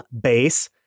base